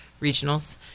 regionals